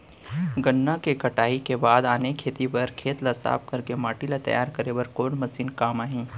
गन्ना के कटाई के बाद आने खेती बर खेत ला साफ कर के माटी ला तैयार करे बर कोन मशीन काम आही?